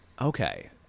okay